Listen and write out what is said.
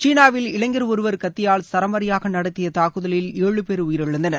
சீனாவில் இளைஞர் ஒருவர் கத்தியால் சரமாரியாக நடத்திய தாக்குதலில் ஏழு பேர் உயிரிழந்தனர்